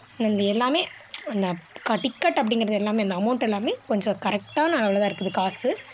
இந்த எல்லாமே அந்த டிக்கெட் அப்படிங்கறது எல்லாமே இந்த அமௌண்ட் எல்லாமே கொஞ்சம் கரெக்டான அளவில்தான் இருக்குது காசு